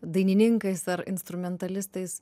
dainininkais ar instrumentalistais